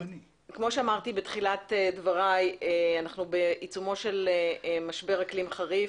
כמו שאמרתי בתחילת דבריי אנחנו בעיצומו של משבר אקלים חריף.